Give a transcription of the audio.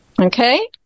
Okay